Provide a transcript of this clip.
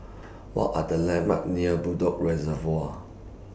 What Are The landmarks near Bedok Reservoir